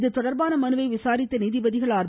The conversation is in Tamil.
இதுதொடர்பான மனுவை விசாரித்த நீதிபதிகள் ஆர்